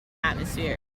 atmosphere